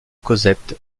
cosette